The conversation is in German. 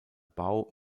bau